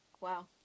Wow